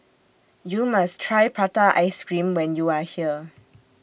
YOU must Try Prata Ice Cream when YOU Are here